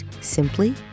simply